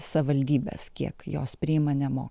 savivaldybės kiek jos priima nemo